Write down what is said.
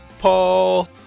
Paul